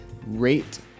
rate